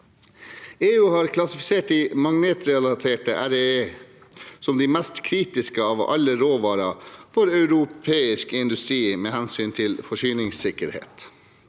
EU har klassifisert de magnetrelaterte REE som de mest kritiske av alle råvarer for europeisk industri med hensyn til forsyningssikkerhet.